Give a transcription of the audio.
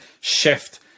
shift